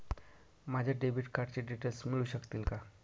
माझ्या डेबिट कार्डचे डिटेल्स मिळू शकतील का?